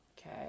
Okay